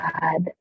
God